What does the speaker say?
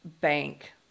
bank